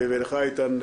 ולך איתן,